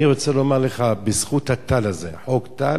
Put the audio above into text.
אני רוצה לומר לך: בזכות הטל הזה, חוק טל,